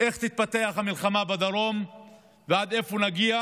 איך תתפתח המלחמה בדרום ועד איפה נגיע